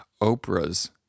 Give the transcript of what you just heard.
Oprah's